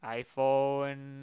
iPhone